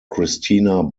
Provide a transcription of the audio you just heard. christina